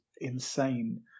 Insane